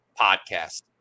podcast